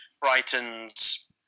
Brighton's